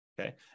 Okay